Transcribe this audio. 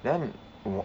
then